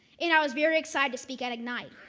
and i was very excited to speak at ignite.